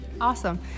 Awesome